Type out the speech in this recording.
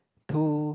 to